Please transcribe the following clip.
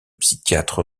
psychiatre